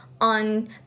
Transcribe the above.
on